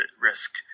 risk